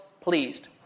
pleased